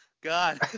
God